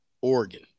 Oregon